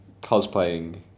cosplaying